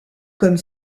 comme